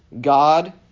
God